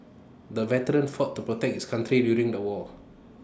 the veteran fought to protect his country during the war